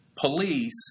police